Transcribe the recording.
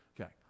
Okay